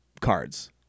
cards